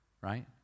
right